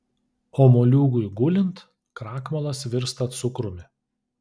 o moliūgui gulint krakmolas virsta cukrumi